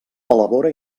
elabora